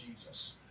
Jesus